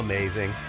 Amazing